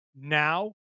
now